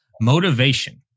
motivation